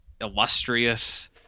illustrious